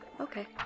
okay